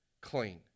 clean